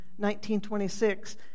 1926